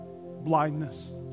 blindness